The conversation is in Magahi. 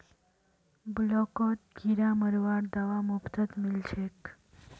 ब्लॉकत किरा मरवार दवा मुफ्तत मिल छेक